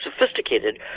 sophisticated